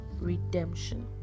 redemption